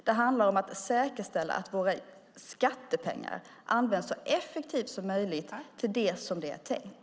Det handlar om att säkerställa att våra skattepengar används så effektivt som möjligt till det som det är tänkt.